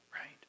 right